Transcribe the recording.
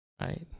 right